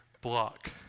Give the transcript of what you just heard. block